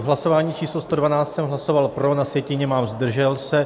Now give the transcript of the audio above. U hlasování číslo 112 jsem hlasoval pro, na sjetině mám zdržel se.